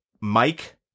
Mike